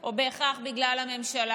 או בהכרח בגלל הממשלה,